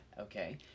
okay